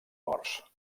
morts